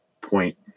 point